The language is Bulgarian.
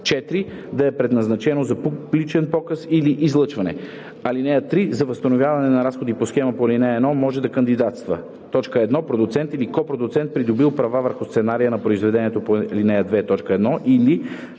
4. да е предназначено за публичен показ и/или излъчване. (3) За възстановяване на разходи по схемата по ал. 1 може да кандидатства: 1. продуцент или копродуцент, придобил права върху сценария на произведението по ал. 2,